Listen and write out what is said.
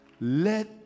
let